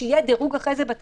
שיהיה אחרי כן דירוג בתקנות,